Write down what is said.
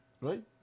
right